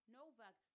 Novak